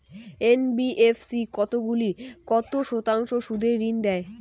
NBFC কতগুলি কত শতাংশ সুদে ঋন দেয়?